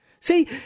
See